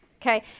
Okay